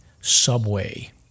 subway